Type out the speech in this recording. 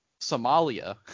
Somalia